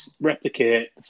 replicate